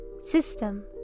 System